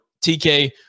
TK